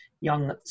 young